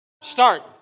Start